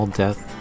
death